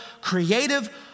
creative